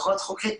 פחות חוקית,